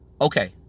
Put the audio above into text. Okay